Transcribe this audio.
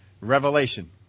Revelation